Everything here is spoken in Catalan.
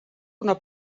una